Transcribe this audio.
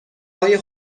های